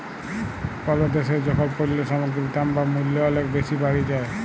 call দ্যাশে যখল পল্য সামগ্গির দাম বা মূল্য অলেক বেসি বাড়ে যায়